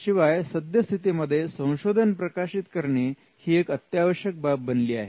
शिवाय सद्यस्थितीमध्ये संशोधन प्रकाशित करणे ही एक अत्यावश्यक बाब बनली आहे